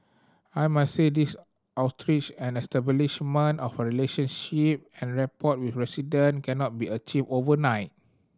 I must say these outreach and establishment of relationship and rapport with resident cannot be achieved overnight